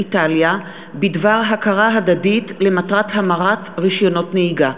איטליה בדבר הכרה הדדית למטרת המרת רישיונות נהיגה,